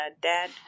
Dad